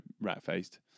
rat-faced